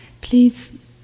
Please